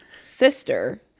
sister